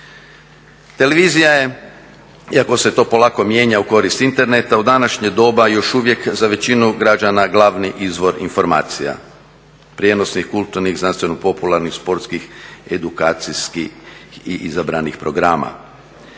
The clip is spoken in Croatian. Televizija je, iako se to polako mijenja u korist Interneta, u današnje doba još uvijek za većinu građana glavni izvor informacija, prijenosnih, kulturnih, znanstveno popularnih, sportskih, edukacijskih i izabranih programa.